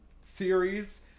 series